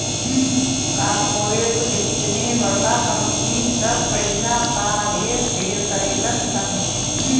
corporate वित्त मे बड़का कंपनी सब पइसा क हेर फेर करेलन सन